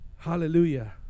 Hallelujah